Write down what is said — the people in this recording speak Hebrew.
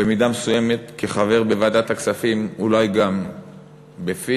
במידה מסוימת כחבר בוועדת הכספים אולי גם בפי,